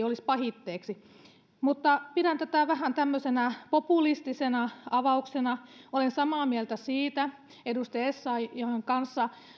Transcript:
olisi pahitteeksi pidän tätä vähän tämmöisenä populistisena avauksena olen samaa mieltä siitä edustaja essayahin kanssa siitä